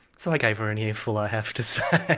so i gave her an earful i have to say.